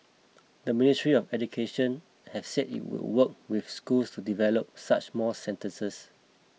the Ministry of Education has said it will work with schools to develop such more centres